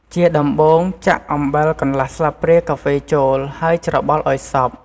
ជាដំបូង ចាក់អំបិលកន្លះស្លាបព្រាកាហ្វេចូល ហើយច្របល់ឱ្យសព្វ។